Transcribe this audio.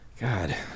God